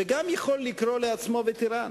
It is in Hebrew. וגם יכול לקרוא לעצמו וטרן,